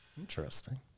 Interesting